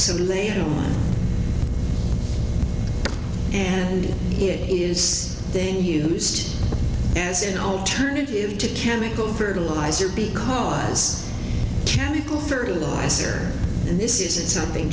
have and it is then used as an alternative to chemical fertilizer because chemical fertilizer and this isn't something